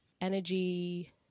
energy